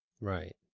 Right